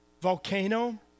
volcano